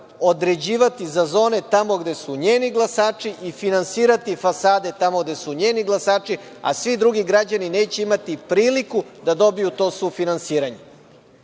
određivati za zone tamo gde su njeni glasači i finansirati fasade tamo gde su njeni glasači, a svi drugi građani neće imati priliku da dobiju to sufinansiranje.